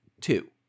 two